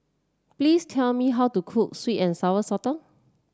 please tell me how to cook sweet and Sour Sotong